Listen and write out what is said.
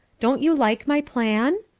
don't you like my plan?